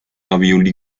ravioli